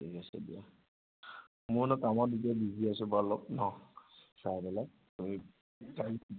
ঠিক আছে দিয়া মোৰ অলপ কামত এতিয়া বিজি আছোঁ বাৰু অলপ ন চাই পেলাই তুমি